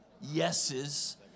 yeses